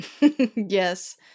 Yes